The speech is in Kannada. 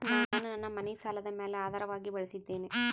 ನಾನು ನನ್ನ ಮನಿ ಸಾಲದ ಮ್ಯಾಲ ಆಧಾರವಾಗಿ ಬಳಸಿದ್ದೇನೆ